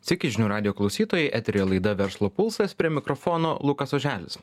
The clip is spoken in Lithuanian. sveiki žinių radijo klausytojai eteryje laida verslo pulsas prie mikrofono lukas oželis